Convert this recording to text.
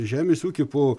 žemės ūky po